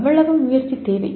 அவ்வளவு முயற்சி தேவை